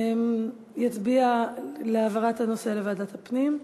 יצביע להעברת הנושא לוועדת הפנים,